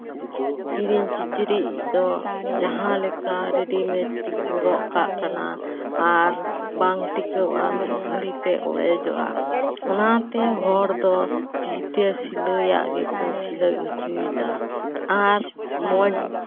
ᱠᱤᱨᱤᱧ ᱠᱤᱪᱨᱤᱪ ᱫᱚ ᱡᱟᱦᱟᱸᱞᱮᱠᱟ ᱨᱤᱰᱤᱢᱮᱴ ᱛᱮᱠᱚ ᱨᱚᱜ ᱠᱟᱜ ᱠᱟᱱᱟ ᱟᱨ ᱵᱟᱝ ᱴᱤᱠᱟᱹᱣᱟ ᱢᱤᱫ ᱜᱷᱟᱹᱲᱤᱛᱮ ᱚᱲᱮᱡᱚᱜᱼᱟ ᱚᱱᱟᱛᱮ ᱦᱚᱲ ᱫᱚ ᱛᱤᱛᱮ ᱥᱤᱞᱟᱹᱭᱟᱜ ᱜᱮᱠᱚ ᱥᱤᱞᱟᱹᱭ ᱦᱚᱪᱚᱭᱫᱟ ᱟᱨ ᱢᱚᱡᱽ